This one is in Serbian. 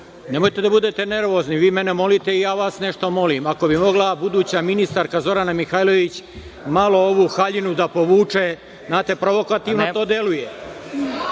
nemojte da budete nervozni, vi mene molite i ja vas nešto molim. Ako bi mogla buduća ministarka Zorana Mihajlović malo ovu haljinu da povuče. Znate, provokativno to deluje.